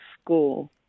school